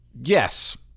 yes